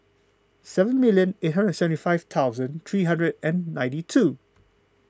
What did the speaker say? seven million eight hundred and seventy five thousand three hundred and ninety two